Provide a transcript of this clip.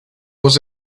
was